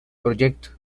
proyecto